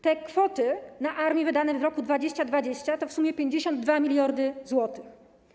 Te kwoty na armię wydane w roku 2020 to w sumie 52 mld zł.